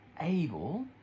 able